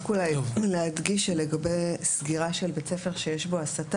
רק אולי להדגיש לגבי סגירה של בית ספר שיש בו הסתה,